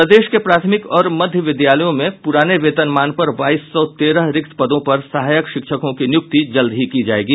प्रदेश के प्राथमिक और मध्य विद्यालयों में पुराने वेतमान पर बाईस सौ तेरह रिक्त पदों पर सहायक शिक्षकों की नियुक्ति जल्द ही की जायेगी